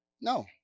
No